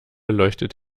leuchtet